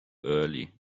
early